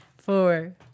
Four